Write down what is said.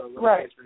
Right